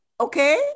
Okay